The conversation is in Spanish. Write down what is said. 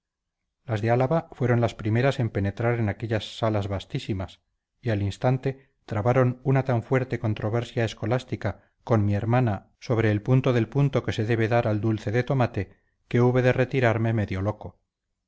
álava fueron las primeras en penetrar en aquellas salas vastísimas y al instante trabaron una tan fuerte controversia escolástica con mi hermana sobre el punto del punto que se debe dar al dulce de tomate que hube de retirarme medio loco